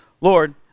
Lord